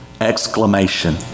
exclamation